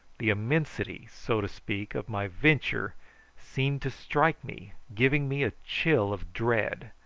the immensity, so to speak, of my venture seemed to strike me, giving me a chill of dread.